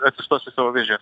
atsistos į savo vėžes